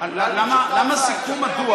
למה סיכום הדוח,